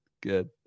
good